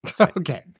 Okay